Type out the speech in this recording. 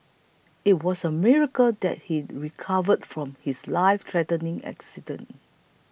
it was a miracle that he recovered from his lifethreatening accident